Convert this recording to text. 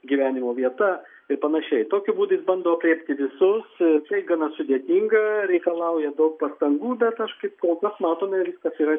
gyvenimo vieta ir panašiai tokiu būdu jis bando aprėpti visus tai gana sudėtinga reikalauja daug pastangų bet aš kaip kol kas matome viskas yra